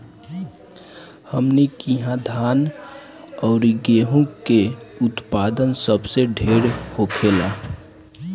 हमनी किहा धान अउरी गेंहू के उत्पदान सबसे ढेर होखेला